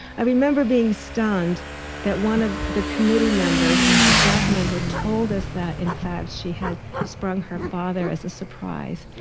i remember being stunned that one of the committee members who was a staff member told us that, in fact, she had sprung her father as a surprise.